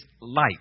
light